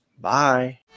Bye